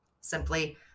simply